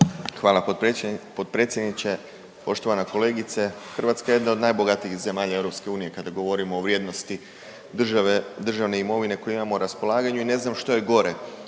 Hvala potpredsjedniče. Poštovana kolegice, Hrvatska je jedna od najbogatijih zemalja EU kada govorimo o vrijednosti države, državne imovine koju imamo na raspolaganju i ne znam što je gore.